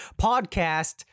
podcast